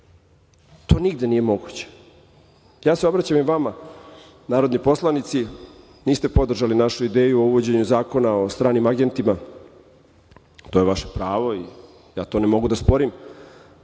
To nigde nije moguće. Ja se obraćam i vama narodni poslanici, niste ste podržali našu ideju o uvođenju zakona o stranim agentima, to je vaše pravo i ja to ne mogu da sporim,